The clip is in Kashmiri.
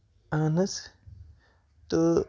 اَہن حظ تہٕ